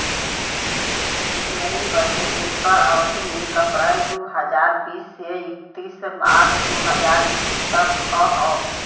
dairy बदे एकर अवधी एक अप्रैल दू हज़ार बीस से इकतीस मार्च दू हज़ार इक्कीस तक क हौ